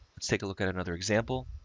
let's take a look at another example.